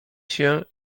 się